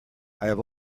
have